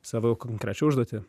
savo konkrečią užduotį